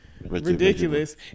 Ridiculous